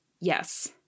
yes